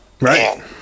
right